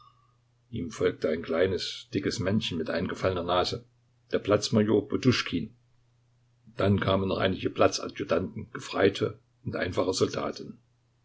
ihm folgte ein kleines dickes männchen mit eingefallener nase der platz major poduschkin dann kamen noch einige platz adjutanten gefreite und einfache